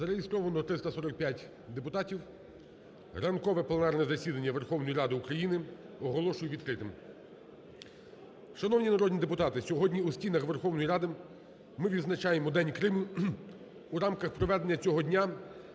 Зареєстровано 345 депутатів. Ранкове пленарне засідання Верховної Ради України оголошую відкритим. Шановні народні депутати, сьогодні у стінах Верховної Ради ми відзначаємо День Криму. у рамках проведення цього дня